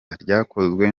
ryakozwe